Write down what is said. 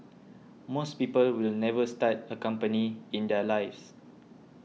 most people will never start a company in their lives